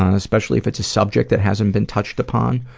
especially if it's a subject that hasn't been touched upon,